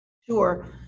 Sure